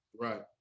Right